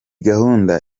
gahunda